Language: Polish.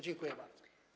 Dziękuję bardzo.